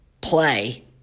Play